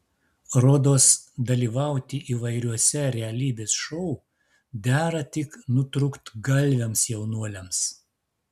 rodos dalyvauti įvairiuose realybės šou dera tik nutrūktgalviams jaunuoliams